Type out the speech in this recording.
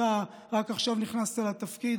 אתה רק עכשיו נכנסת לתפקיד.